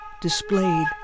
displayed